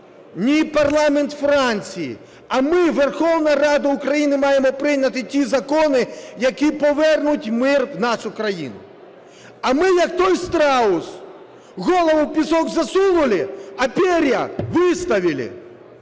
не парламент Франції, а ми, Верховна Рада України, маємо прийняти ті закони, які повернуть мир в нашу країну. А ми, як той страус, голову в пісок засунули, а перья выставили.